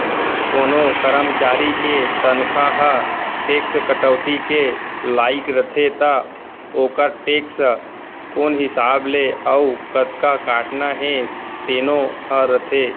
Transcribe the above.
कोनों करमचारी के तनखा ह टेक्स कटौती के लाइक रथे त ओकर टेक्स कोन हिसाब ले अउ कतका काटना हे तेनो ह रथे